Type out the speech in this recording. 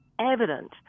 evident